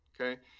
Okay